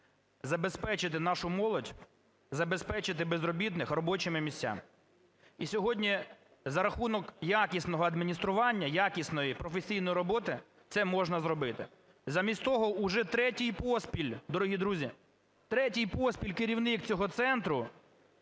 забезпечити нашу молодь, забезпечити безробітних робочими місцями. І сьогодні за рахунок якісного адміністрування, якісної професійної роботи це можна зробити. Замість того уже третій поспіль, дорогі друзі, третій поспіль керівник цього центру